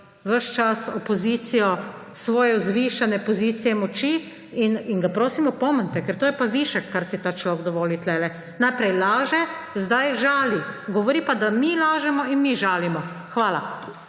ves čas opozicijo s svoje vzvišene pozicije moči? In ga, prosim, opomnite, ker to je pa višek, kaj si ta človek dovoli tukaj. Najprej laže, zdaj žali. Govori pa, da mi lažemo in mi žalimo. Hvala.